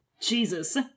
Jesus